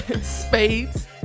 spades